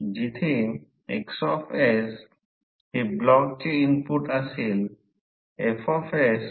तर जर कंडक्टरला याप्रमाणे पकडले तर ही मीन फ्लक्स पाथची दिशा असेल ही फ्लक्स पाथची दिशा आहे